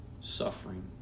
suffering